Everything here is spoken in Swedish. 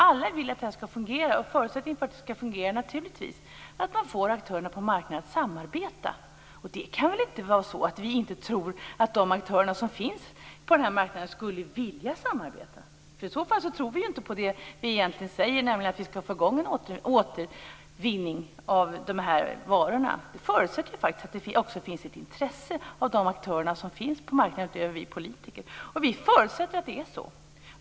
Alla vill att detta skall fungera, och förutsättningen för det är naturligtvis att man får aktörerna på marknaden att samarbeta. Det kan väl inte vara så att vi inte tror att aktörerna som finns på marknaden inte skulle vilja samarbeta? I så fall tror vi inte på det som vi egentligen säger, nämligen att vi skall få i gång en återvinning av de här varorna. Det förutsätter faktiskt att det också finns ett intresse från de aktörer som finns på marknaden förutom från oss politiker. I Miljöpartiet förutsätter vi att det är så.